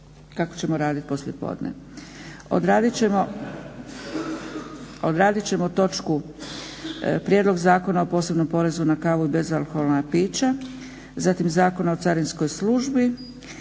kako ćemo radit poslijepodne. Odradit točku Prijedlog zakona o posebnom porezu na kavu i bezalkoholna pića, zatim Zakon o carinskoj službi,